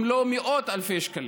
אם לא מאות אלפי שקלים.